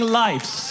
lives